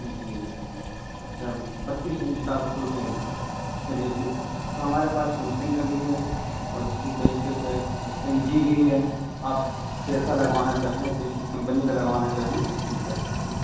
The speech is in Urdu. جی جی اچھا بتیس انچ کا آپ کا ٹو ٹی چاہیے چلیے ٹھیک تو ہمارے پاس سمسنگ کا بھی ہے اور اسی طریقہ سے ایل جی بھی ہے آپ جیسا لگوانا چاہیں جس کمپنی کا لگوانا چاہیں مل سکتا ہے